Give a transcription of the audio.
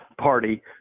party